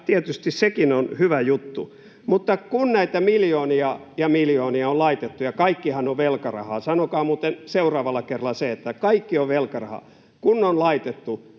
tietysti sekin on hyvä juttu. Mutta kun näitä miljoonia ja miljoonia on laitettu, ja kaikkihan on velkarahaa — sanokaa muuten seuraavalla kerralla se, että kaikki on velkarahaa — niin mikä